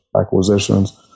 acquisitions